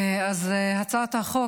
אז הצעת החוק,